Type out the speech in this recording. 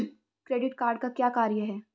Credit card का क्या कार्य है?